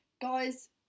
guys